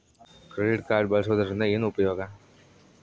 Credit card ಬಳಸುವದರಿಂದ ಏನು ಉಪಯೋಗ?